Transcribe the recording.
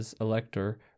elector